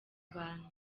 abantu